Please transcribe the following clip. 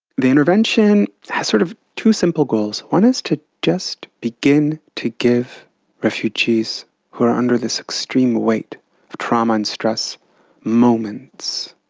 the intervention has sort of two simple goals, one is to just begin to give refugees who are under this extreme weight of trauma and stress moments,